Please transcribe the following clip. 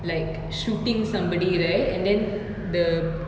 like shooting somebody right and then the